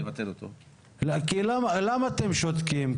למה אתם שותקים?